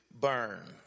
burn